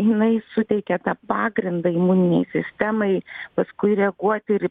jinai suteikia tą pagrindą imuninei sistemai paskui reaguoti ir į